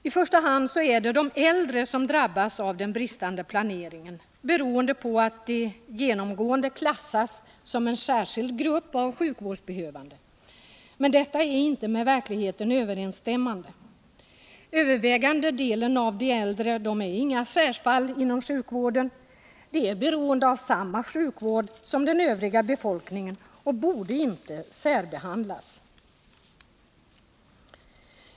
I första hand är det de äldre som drabbas av den bristande planeringen, beroende på att de genomgående klassas som en särskild grupp av sjukvårdsbehövande. Men detta är inte med verkligheten överensstämmande. Övervägande delen av de äldre är inga särfall inom sjukvården. De är beroende av samma sjukvård som den övriga befolkningen och borde inte särbehandlas.